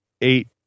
eight